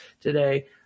today